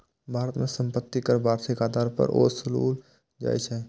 भारत मे संपत्ति कर वार्षिक आधार पर ओसूलल जाइ छै